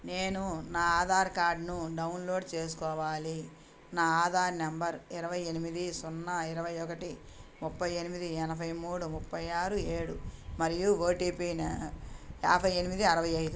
నేను నా ఆధార్ కార్డ్ను డౌన్లోడ్ చేసుకోవాలి నా ఆధార్ నంబరు ఇరవై ఎనిమిది సున్నా ఇరవై ఒకటి ముప్పై ఎనిమిది ఎనభై మూడు ముప్పై ఆరు ఏడు మరియు ఓటిపి నె యాభై ఎనిమిది అరవై ఐదు